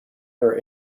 her